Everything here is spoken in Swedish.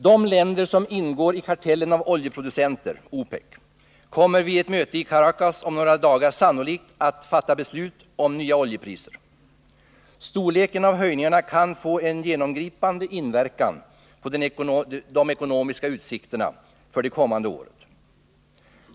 De länder som ingår i kartellen av oljeproducenter, OPEC, kommer vid ett möte i Caracas om några dagar sannolikt att fatta beslut om nya oljepriser. Storleken på höjningarna kan få en genomgripande inverkan på de ekonomiska utsikterna för det kommande året.